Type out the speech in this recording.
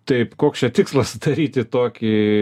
taip koks čia tikslas daryti tokį